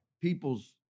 People's